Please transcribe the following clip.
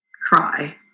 cry